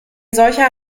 solcher